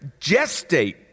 gestate